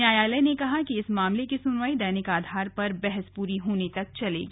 न्यायालय ने कहा कि इस मामले की सुनवाई दैनिक आधार पर बहस पूरी होने तक चलेगी